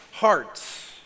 hearts